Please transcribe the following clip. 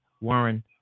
warren